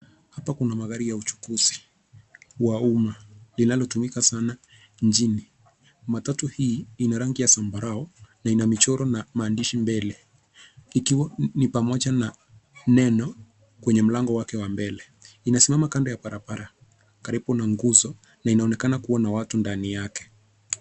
Hapa kuna magari ya uchukuzi wa umma linalotumika sana mjini. Matatu hii ina rangi ya zambarau na ina michoro na maandishi mbele ikiwa ni pamoja na neno kwenye mlango wake wa mbele. Inasimama kando ya barabara karibu na nguzo na inaonekana kuwa na watu ndani yake.